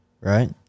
right